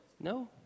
No